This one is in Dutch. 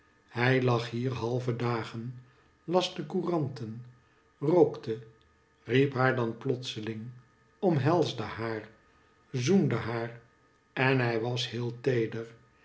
hij lag hier halve dagen las de couranten rookte riep haar dan plotseling omhelsde haar zoende haar en hij was heel teeder